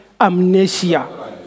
amnesia